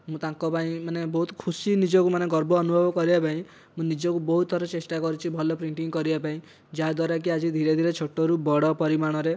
ମୁଁ ତାଙ୍କ ପାଇଁ ମାନେ ବହୁତ ଖୁସି ନିଜକୁ ମାନେ ଗର୍ବ ଅନୁଭବ କରିବା ପାଇଁ ମୁଁ ନିଜକୁ ବହୁତ ଥର ଚେଷ୍ଟା କରିଛି ଭଲ ପେଣ୍ଟିଙ୍ଗ୍ କରିବା ପାଇଁ ଯାହା ଦ୍ୱାରାକି ଆଜି ଧୀରେ ଧୀରେ ଛୋଟରୁ ବଡ଼ ପରିମାଣରେ